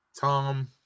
Tom